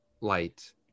light